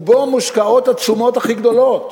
ובו מושקעות התשומות הכי גדולות